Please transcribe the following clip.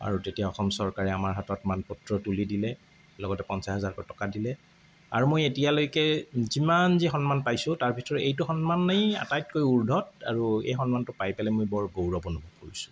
আৰু তেতিয়া অসম চৰকাৰে আমাৰ হাতত মানপত্ৰ তুলি দিলে লগতে পঞ্চাছ হাজাৰকৈ টকা দিলে আৰু মই এতিয়ালৈকে যিমান যি সন্মান পাইছোঁ তাৰ ভিতৰত এইটো সন্মানেই আটাইতকৈ উৰ্দ্ধত আৰু এই সন্মানটো পাই পেলাই মই বৰ গৌৰৱ অনুভৱ কৰিছোঁ